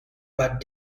but